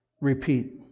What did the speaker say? repeat